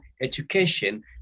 education